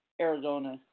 Arizona